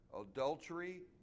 adultery